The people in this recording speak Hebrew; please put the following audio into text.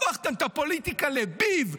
הפכתם את הפוליטיקה לביב,